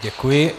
Děkuji.